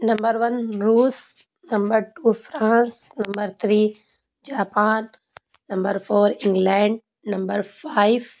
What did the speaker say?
number one روس number two France number three Japan number four England number five